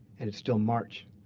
and it's still march.